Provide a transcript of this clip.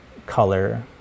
Color